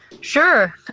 Sure